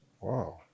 Wow